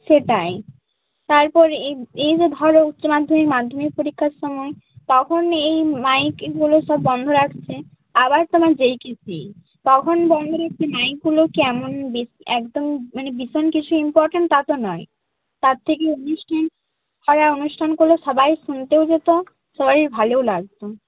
সেটাই তারপরে এই এই যে ধরো উচ্চমাধ্যমিক মাধ্যমিক পরীক্ষার সময় তখন এই মাইক এইগুলো সব বন্ধ রাখছে আবার তোমার যেই কে সেই তখন বন্ধ রেখে মাইকগুলো কেমন বেশ একদম মানে ভীষণ কিছু ইম্পর্ট্যান্ট তা তো নয় তার থেকে অনুষ্ঠান সারা অনুষ্ঠান করলে সবাই শুনতেও যেত সবাই ভালোও লাগত